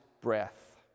breath